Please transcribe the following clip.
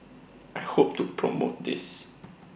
I hope to promote this